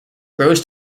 grows